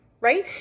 right